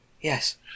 Yes